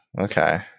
Okay